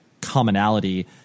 commonality